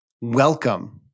welcome